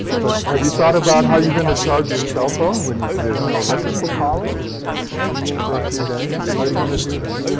but have you thought about how you're going to charge your cell phone when there's no electrical power for a few days? how are you going to do that?